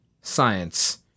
science